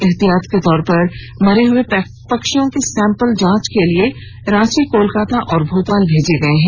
एहतियात के तौर पर मरे पक्षियों के सैंपल जांच के लिए रांची कोलकाता और भोपाल भेजे गए हैं